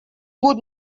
would